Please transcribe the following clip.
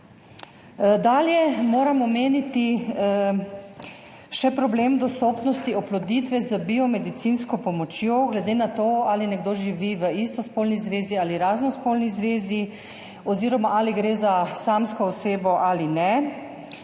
Dalje moram omeniti še problem dostopnosti oploditve z biomedicinsko pomočjo glede na to, ali nekdo živi v istospolni zvezi ali raznospolni zvezi oziroma ali gre za samsko osebo ali ne.